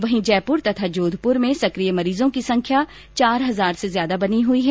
वहीं जयपुर तथा जोधपुर में सक्रिय मरीजों की संख्या चार हजार से ज्यादा बनी हुई है